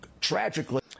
tragically